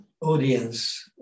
Audience